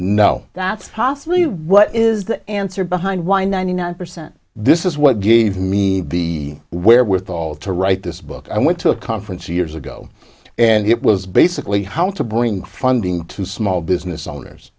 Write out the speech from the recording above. possibly what is the answer behind why ninety nine percent this is what gave me the wherewithal to write this book i went to a conference years ago and it was basically how to bring funding to small business owners